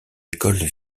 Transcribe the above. écoles